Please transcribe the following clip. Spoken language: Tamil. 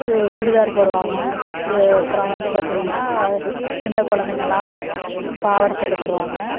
சுடிதார் போடுவாங்க அப்புறம் வந்து பார்த்திங்கன்னா சின்ன குழந்தைங்கல்லாம் பாவாடை சட்டை போடுவாங்க